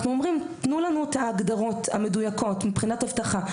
אנחנו אומרים: ״תנו לנו את ההגדרות המדויקות מבחינת אבטחה.